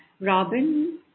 Robin